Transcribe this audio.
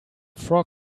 frog